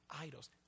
idols